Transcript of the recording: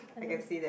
I can see that